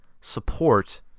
support